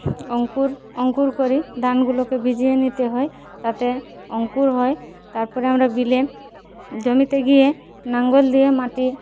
অঙ্কুর অঙ্কুর করি ধানগুলোকে ভিজিয়ে নিতে হয় তাতে অঙ্কুর হয় তারপরে আমরা বিলে জমিতে গিয়ে লাঙল দিয়ে মাটি